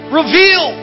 reveal